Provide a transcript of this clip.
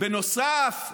"בנוסף,